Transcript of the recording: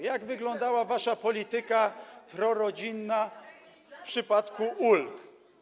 Jak wyglądała wasza polityka prorodzinna w przypadku ulg?